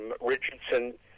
Richardson